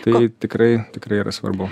tai tikrai tikrai yra svarbu